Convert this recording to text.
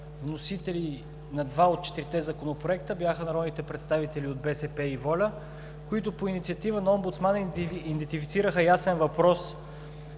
вносители на два от четирите законопроекта бяха народните представители от БСП и „Воля“, които по инициатива на омбудсмана идентифицираха ясен въпрос,